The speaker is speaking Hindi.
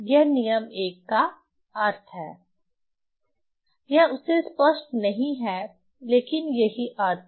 यह नियम 1 का अर्थ है यह उस से स्पष्ट नहीं है लेकिन यही अर्थ है